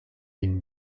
bin